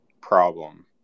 problem